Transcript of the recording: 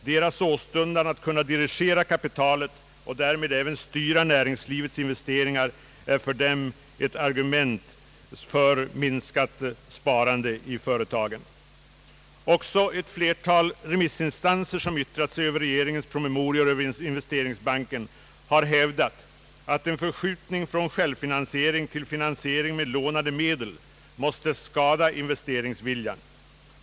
Deras åstundan att dirigera kapitalet och därmed även styra näringslivets investeringar är för dem ett argument för minskat sparande i företagen. Också ett flertal remissinstanser som yttrat sig över regeringens promemorior om investeringsbanken har hävdat att en förskjutning från självfinansiering till finansiering med lånade medel måste skada investeringsviljan.